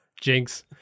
Jinx